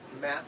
Matt